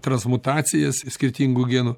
transmutacijas skirtingų genų